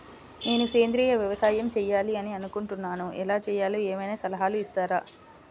నేను సేంద్రియ వ్యవసాయం చేయాలి అని అనుకుంటున్నాను, ఎలా చేయాలో ఏమయినా సలహాలు ఇస్తారా?